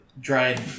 dried